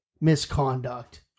misconduct